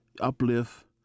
uplift